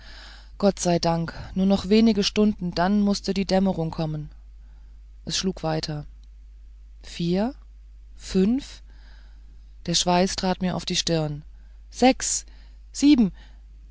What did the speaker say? gott sei dank nur noch wenige stunden dann mußte die dämmerung kommen es schlug weiter vier fünf der schweiß trat mir auf die stirn sechs sieben